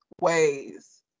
ways